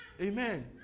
Amen